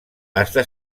està